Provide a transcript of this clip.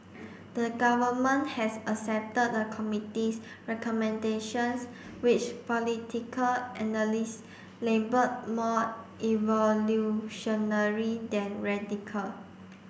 the Government has accepted the committee's recommendations which political analysts labelled more evolutionary than radical